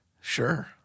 Sure